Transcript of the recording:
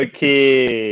Okay